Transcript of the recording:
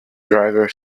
driver